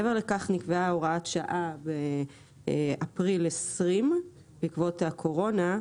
מעבר לכך נקבעה הוראת שעה באפריל 2020 בעקבות הקורונה,